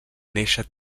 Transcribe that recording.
néixer